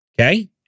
Okay